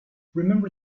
remember